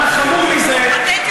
פתטיות